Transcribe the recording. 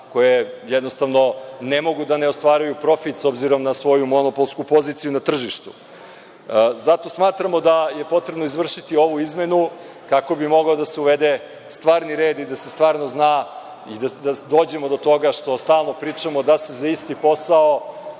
koje jednostavno ne mogu da ostvaruju profit, s obzirom na svoju monopolsku poziciju na tržištu. Smatramo da je potrebno izvršiti ovu izmenu kako bi mogao da se uvede stvarni red i da se stvarno zna, da dođemo do toga da se za isti posao,